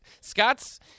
Scott's